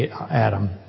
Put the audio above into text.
Adam